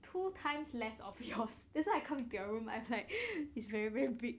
two times less of yours that's why I come into your room I like it's very very big